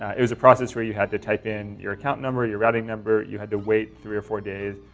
ah it was a process where you had to type in your account number, your routing number, you had to wait three or four days,